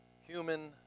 human